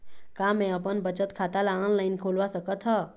का मैं अपन बचत खाता ला ऑनलाइन खोलवा सकत ह?